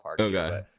okay